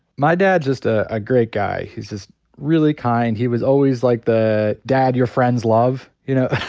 my dad's just a ah great guy. he's just really kind, he was always like the dad your friends love, you know.